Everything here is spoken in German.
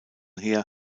her